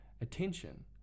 attention